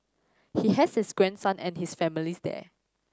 he has his grandson and his families there